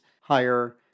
higher